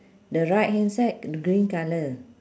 the right hand side green colour